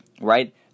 right